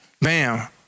Bam